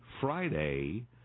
friday